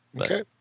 Okay